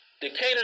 Decatur